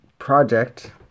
project